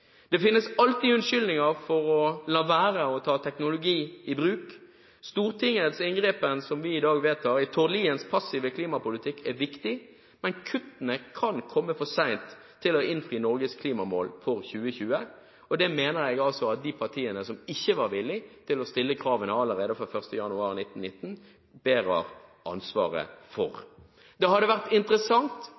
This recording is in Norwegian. Det finnes alltid unnskyldninger for å la være å ta teknologi i bruk. Stortingets inngripen som vi i dag vedtar i Tord Liens passive klimapolitikk, er viktig. Men kuttene kan komme for sent til å innfri Norges klimamål for 2020. Det mener jeg at de partiene som ikke var villig til å stille kravene allerede fra 1. januar 2019, bærer ansvaret for. Det hadde vært interessant